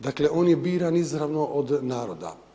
Dakle, on je biran izravno od naroda.